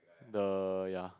the ya